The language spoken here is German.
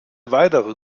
weitere